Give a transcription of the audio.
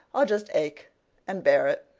i'll just ache and bear it.